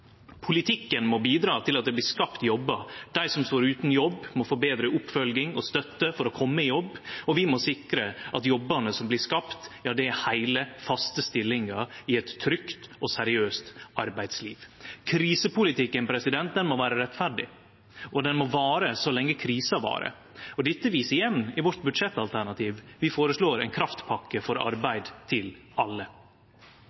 Politikken må bidra til at det blir skapt jobbar. Dei som står utan jobb, må få betre oppfølging og støtte for å kome i jobb, og vi må sikre at jobbane som blir skapte, er heile, faste stillingar i eit trygt og seriøst arbeidsliv. Krisepolitikken må vere rettferdig, og han må vare så lenge krisa varer. Dette viser seg i vårt budsjettalternativ. Vi føreslår ei kraftpakke for